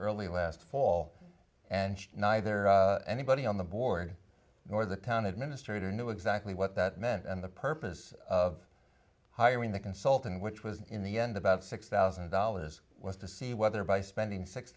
arly last fall and neither anybody on the board or the town administrator knew exactly what that meant and the purpose of hiring the consultant which was in the end about six thousand dollars was to see whether by spending six